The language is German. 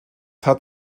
hat